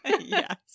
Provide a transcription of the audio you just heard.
Yes